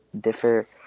differ